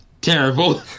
Terrible